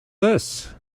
this